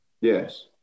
Yes